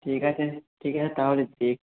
ঠিক আছে ঠিক আছে তাহলে